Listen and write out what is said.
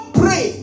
pray